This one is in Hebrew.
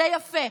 זה יפה.